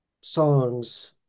songs